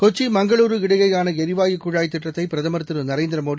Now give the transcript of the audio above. கொச்சி மங்களூரு இடையேயான எரிவாயு குழாய் திட்டத்தை பிரதமர் திரு நரேந்திர மோடி